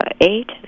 eight